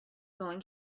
going